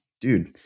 dude